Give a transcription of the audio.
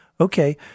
Okay